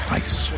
ice